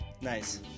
Nice